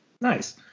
Nice